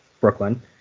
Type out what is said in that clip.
Brooklyn